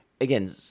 again